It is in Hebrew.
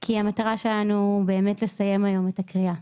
כי המטרה שלנו היא לסיים היום את הקריאה.